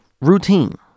routine